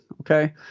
okay